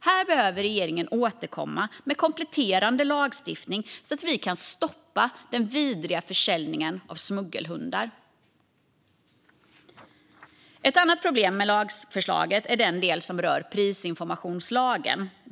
Här behöver regeringen återkomma med kompletterande lagstiftning så att vi kan stoppa den vidriga försäljningen av smuggelhundar. Ett annat problem med lagförslaget är den del som rör prisinformationslagen.